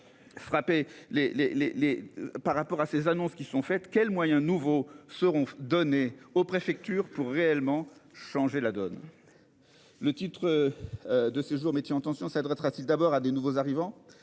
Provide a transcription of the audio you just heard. les les par rapport à ces annonces qui sont faites. Quels moyens nouveaux seront données aux préfectures pour réellement changer la donne. Le titre. De séjour métiers en tension s'adressera-t-il d'abord à des nouveaux arrivants.